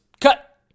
cut